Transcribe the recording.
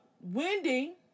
Wendy